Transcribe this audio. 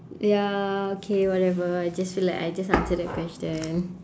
ya okay whatever I just feel like I just answered the question